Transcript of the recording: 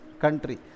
country